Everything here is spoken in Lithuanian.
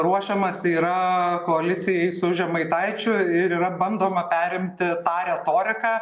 ruošiamasi yra koalicijai su žemaitaičiu ir yra bandoma perimti tą retoriką